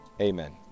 Amen